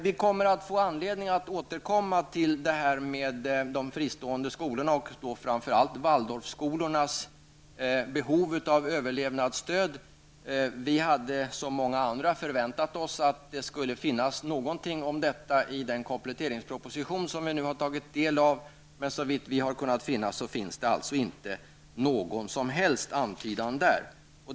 Vi kommer att få anledning att återkomma till de fristående skolornas och då framför allt waldorfskolornas behov av överlevnadsstöd. Vi hade som många andra förväntat oss att det skulle finnas någonting om detta i den kompletteringsproposition som vi nu har tagit del av, men såvitt vi har kunnat finna finns det inte någon som helst antydan där.